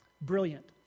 Brilliant